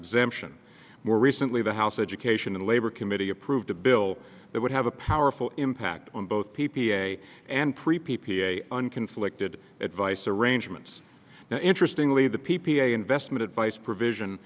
exemption more recently the house education and labor committee approved a bill that would have a powerful impact on both p p a and pre p p a an conflicted advice arrangements interestingly the p p a investment advice provision